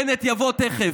בנט יבוא תכף.